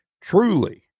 truly